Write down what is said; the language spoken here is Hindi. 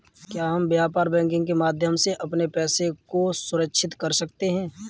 क्या हम व्यापार बैंकिंग के माध्यम से अपने पैसे को सुरक्षित कर सकते हैं?